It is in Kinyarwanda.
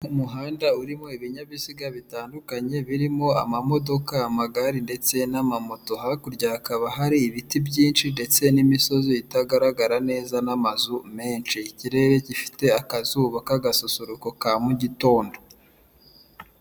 Umuhanda urimo ibinyabiziga bitandukanye, birimo amamodoka, amagare, ndetse n'amamoto. Hakurya hakaba hari ibiti byinshi ndetse n'imisozi itagaragara, neza n'amazu menshi. Ikirere gifite akazuba k'agasusuruko, ka mugitondo.